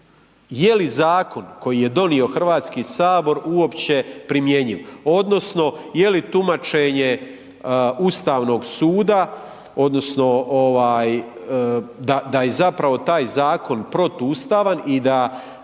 je li zakon koji je donio Hrvatski sabor uopće primjenjiv? Odnosno je li tumačenje Ustavnog suda odnosno da je zapravo taj zakon protuustavan